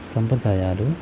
సంప్రదాయాలు